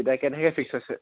এতিয়া কেই তাৰিখে ফিক্স হৈছে